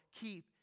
keep